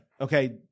okay